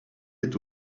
est